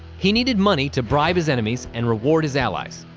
he needed money to bribe his enemies and reward his allies.